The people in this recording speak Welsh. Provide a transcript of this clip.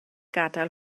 gadael